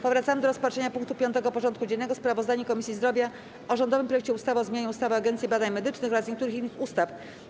Powracamy do rozpatrzenia punktu 5. porządku dziennego: Sprawozdanie Komisji Zdrowia o rządowym projekcie ustawy o zmianie ustawy o Agencji Badań Medycznych oraz niektórych innych ustaw.